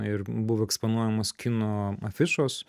ir buvo eksponuojamos kino afišos